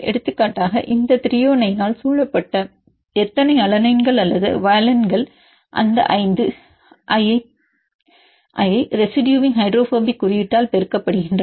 எடுத்துக்காட்டாக இந்த த்ரோயோனைனால் சூழப்பட்ட எத்தனை அலனைன்கள் அல்லது வாலின்கள் அந்த5 Iஐத் ரெசிடுயுவின் ஹைட்ரோபோபிக் குறியீட்டால் பெருக்கப்படுகின்றன